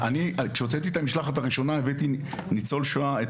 כשהוצאתי את המשלחת הראשונה הבאתי ניצול שואה,